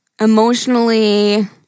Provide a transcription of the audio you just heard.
emotionally